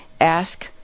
ask